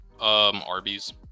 Arby's